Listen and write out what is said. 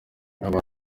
abantu